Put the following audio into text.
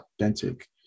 authentic